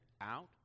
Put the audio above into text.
out